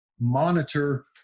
monitor